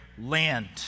land